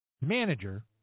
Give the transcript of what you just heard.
manager